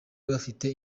bafite